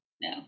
No